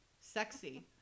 sexy